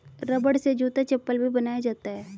रबड़ से जूता चप्पल भी बनाया जाता है